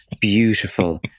beautiful